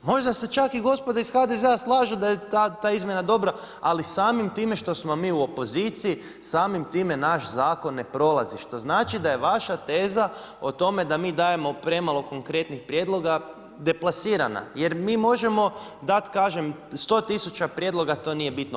Možda se čak i gospoda iz HDZ-a slažu da je ta izmjena dobra, ali samim time što smo mi u opoziciji, samim time naš zakon ne prolazi, što znači da je vaša teza o tome da mi dajemo premalo konkretnih prijedloga deplasirana jer mi možemo dati kažem, 100 tisuća prijedloga, to nije bitno.